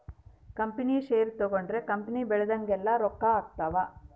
company share ತಗೊಂಡ್ರ company ಬೆಳ್ದಂಗೆಲ್ಲ ರೊಕ್ಕ ಆಗ್ತವ್